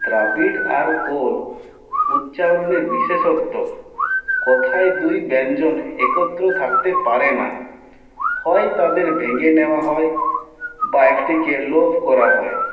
দ্রাবিড় আর কোন উচ্চাঙ্গে বিশেষত্ব কথায় দুই ব্যঞ্জন একত্র থাকতে পারে না হয় তাদের ভেঙ্গে নেওয়া হয় বা একটিকে লোপ করা হয়